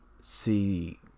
see